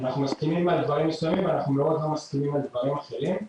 אנחנו מסכימים על דברים מסוימים ואנחנו מאוד לא מסכימים על דברים אחרים,